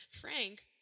Frank